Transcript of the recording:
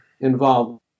involved